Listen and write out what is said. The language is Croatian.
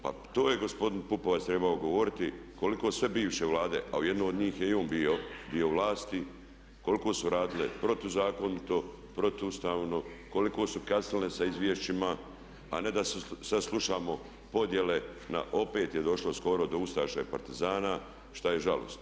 Pa to je gospodin Pupovac trebao govoriti koliko sve bivše Vlade, a u jednoj od njih je i on bio dio vlasti, koliko su radile protuzakonito, protuustavno, koliko su kasnile sa izvješćima a ne da sad slušamo podjele na opet je došlo skoro do ustaša i partizana, što je žalosno.